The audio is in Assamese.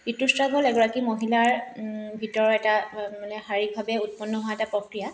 ঋতুস্ৰাৱ হ'ল এগৰাকী মহিলাৰ ভিতৰৰ এটা হয় মানে শাৰীৰিকভাৱে উৎপন্ন হোৱা এটা প্ৰক্ৰিয়া